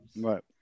right